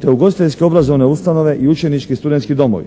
te ugostiteljski obrazovne ustanove i učenički i studentski domovi.